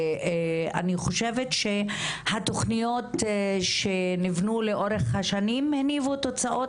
ואני חושבת שהתוכניות שנבנו לאורך השנים הניבו תוצאות.